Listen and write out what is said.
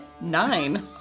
Nine